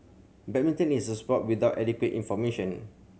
badminton is a sport without adequate information